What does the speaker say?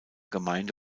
gemeinde